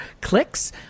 clicks